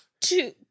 two